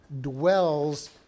dwells